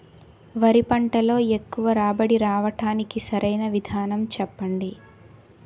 వరి పంటలో ఎక్కువ రాబడి రావటానికి సరైన విధానం చెప్పండి?